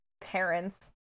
parents